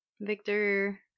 Victor